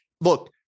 look